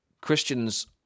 Christians